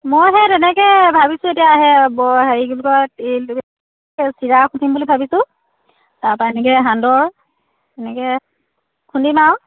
মই সেই তেনেকৈয়ে ভাবিছোঁ এতিয়া হেৰি ব হেৰি কি বুলি কয় তিল চিৰা খুন্দিম বুলি ভাবিছোঁ তাৰপৰা এনেকৈ সান্দহ এনেকৈ খুন্দিম আৰু